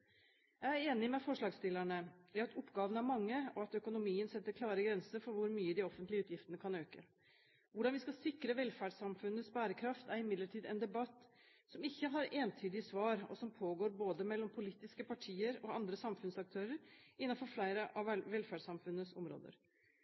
Jeg er enig med forslagsstillerne i at oppgavene er mange, og at økonomien setter klare grenser for hvor mye de offentlige utgiftene kan øke. Hvordan vi skal sikre velferdssamfunnets bærekraft er imidlertid en debatt som ikke har entydige svar, og som pågår mellom både politiske partier og andre samfunnsaktører innenfor flere av